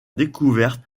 découverte